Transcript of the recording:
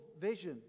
vision